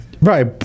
Right